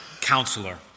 counselor